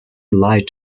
lied